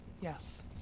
Yes